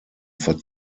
vor